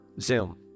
Zoom